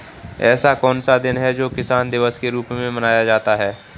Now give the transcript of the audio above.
ऐसा कौन सा दिन है जो किसान दिवस के रूप में मनाया जाता है?